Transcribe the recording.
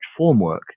formwork